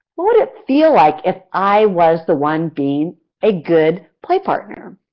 what would it feel like if i was the one being a good play partner?